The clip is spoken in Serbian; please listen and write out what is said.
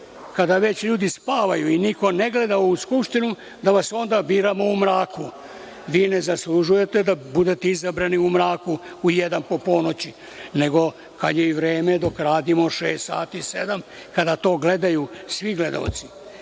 kada već ljudi spavaju i niko ne gleda, da vas onda biramo u mraku. Vi ne zaslužujete da budete izabrani u mraku u jedan po ponoći, nego kad je i vreme, dok radimo, šest sati, sedam, kada to gledaju svi gledaoci. Prema